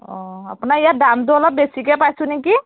অঁ আপোনাৰ ইয়াত দামটো অলপ বেছিকৈ পাইছোঁ নেকি